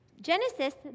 Genesis